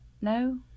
No